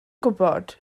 gwybod